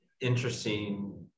interesting